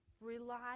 Rely